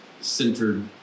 centered